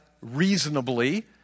reasonably